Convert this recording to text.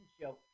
show